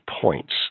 points